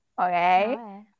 Okay